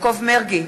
יעקב מרגי,